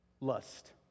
Lust